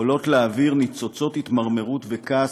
עולים לאוויר ניצוצות התמרמרות וכעס